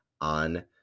on